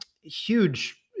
huge